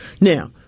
Now